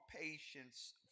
patience